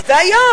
והיום,